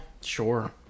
sure